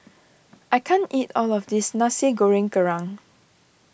I can't eat all of this Nasi Goreng Kerang